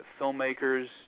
filmmakers